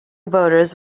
voters